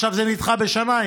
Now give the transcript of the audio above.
עכשיו זה נדחה בשנה,